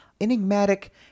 enigmatic